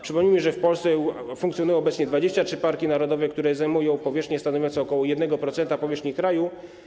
Przypomnijmy, że w Polsce funkcjonują obecnie 23 parki narodowe, które zajmują powierzchnię stanowiącą ok. 1% powierzchni kraju.